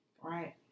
right